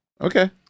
Okay